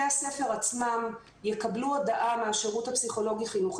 האם חשבו איך להגיע גם לצוותי ההוראה שנמצאים במקומות הפריפריאליים?